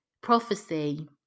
prophecy